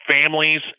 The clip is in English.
families